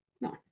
No